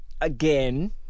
again